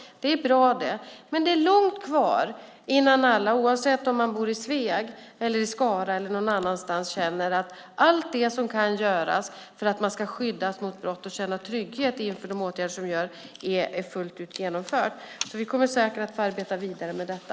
Det är bra, det. Men det är långt kvar innan alla, oavsett om de bor i Sveg, i Skara eller någon annanstans, känner att allt som kan göras för att de ska skyddas mot brott och känna trygghet är fullt ut genomfört. Vi kommer säkert att få arbeta vidare med detta.